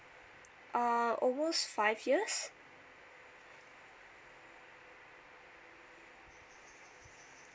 ah over five years